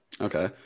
Okay